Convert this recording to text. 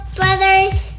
brother's